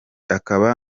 akaba